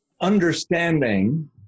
understanding